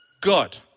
God